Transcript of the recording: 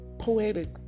poetic